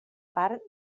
part